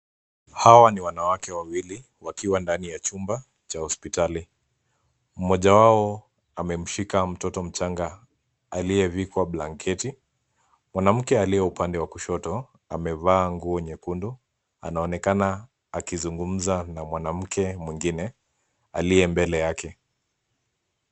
Hawa ni wanawake wawili, wakiwa ndani ya chumba cha hospitali. Mmoja wao amemshika mtoto mchanga, aliyevikwa blanketi. Mwanamke aliye upande wa kushoto amevaa nguo nyekundu, anaonekana akizungumza na mwanamke mwingine, aliye mbele yake.